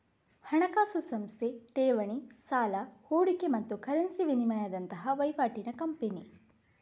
ಹಣಕಾಸು ಸಂಸ್ಥೆ ಠೇವಣಿ, ಸಾಲ, ಹೂಡಿಕೆ ಮತ್ತು ಕರೆನ್ಸಿ ವಿನಿಮಯದಂತಹ ವೈವಾಟಿನ ಕಂಪನಿ